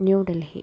New Delhi